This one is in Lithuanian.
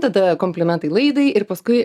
tada komplimentai laidai ir paskui